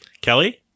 Kelly